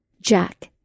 Jack